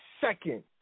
second